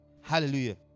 Hallelujah